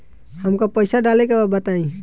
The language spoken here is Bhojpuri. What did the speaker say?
हमका पइसा डाले के बा बताई